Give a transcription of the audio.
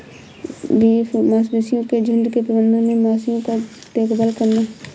beef मवेशियों के झुंड के प्रबंधन में मवेशियों की देखभाल करना